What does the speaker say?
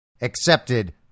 accepted